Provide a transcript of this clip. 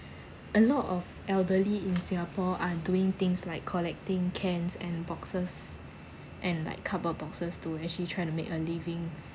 a lot of elderly in singapore are doing things like collecting cans and boxes and like cardboard boxes to actually try to make a living